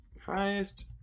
Highest